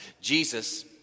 Jesus